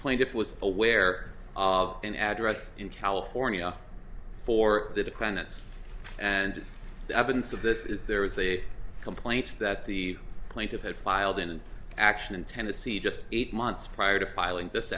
plaintiff was aware of an address in california for the defendants and the evidence of this is there is a complaint that the plaintiff had filed in an action in tennessee just eight months prior to filing this